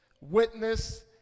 witness